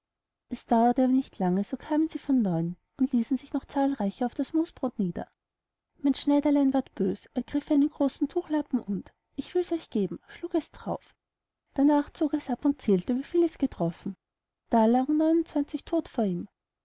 es dauerte aber nicht lange so kamen sie von neuem und ließen sich noch zahlreicher auf das musbrot nieder mein schneiderlein ward bös ergriff einen großen tuchlappen und euch will ichs geben schlug es drauf darnach zog es ab und zählte wie viel es getroffen da lagen neun und zwanzig todt vor ihm